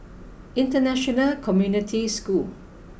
international community cchool